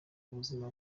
ubuzima